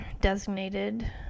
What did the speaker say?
designated